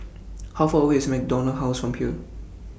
How Far away IS MacDonald House from here